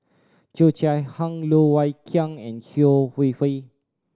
Cheo Chai Hiang Loh Wai Kiew and Yeo Wei Wei